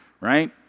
right